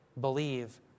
believe